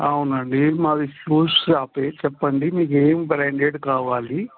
అవునండి మాది షూస్ షాపే చెప్పండి మీకేం బ్రాండెడ్ కావాలి